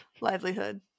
livelihood